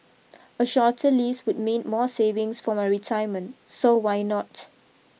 a shorter lease would mean more savings for my retirement so why not